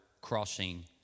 Crossing